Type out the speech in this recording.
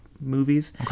movies